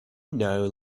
know